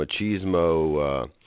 machismo